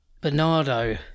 Bernardo